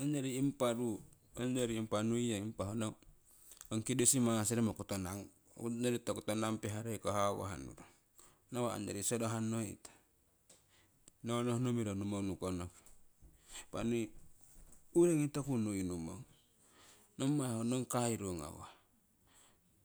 ongyori impa ruu' ong yori impa nui yong impa ho ong kirisimasi roomo ongyori nong kotoninang pihareiko hawah nurong nawa' ongyori soroha noita nonohno miro niu numo nukong. Impa nii uringii toku niu numong nommai ho nong kairu ngawah